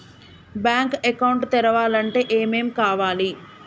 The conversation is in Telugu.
బ్యాంక్ అకౌంట్ తెరవాలంటే ఏమేం కావాలి?